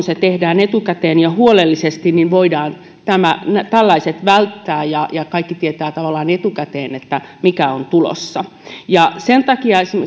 se tehdään etukäteen ja huolellisesti niin voidaan tällaiset välttää ja ja kaikki tietävät tavallaan etukäteen mikä on tulossa sen takia esimerkiksi